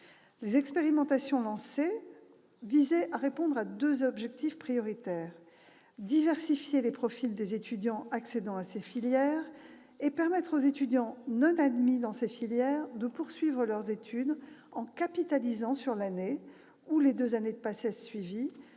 Les expérimentations lancées visent à répondre à deux objectifs prioritaires : diversifier les profils des étudiants accédant à ces filières ; permettre aux étudiants non admis dans ces filières de poursuivre leurs études en capitalisant sur leur année ou leurs deux années de PACES, sans